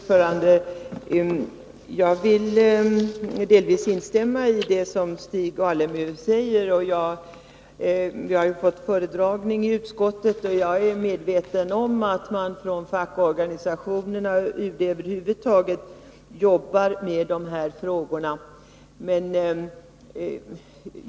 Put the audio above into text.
Herr talman! Jag vill delvis instämma i det som Stig Alemyr säger. Vi har fått en föredragning i utskottet, och jag är medveten om att man från de fackliga organisationerna och över huvud taget inom UD arbetar med de här frågorna.